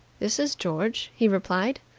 this is george, he replied.